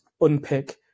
unpick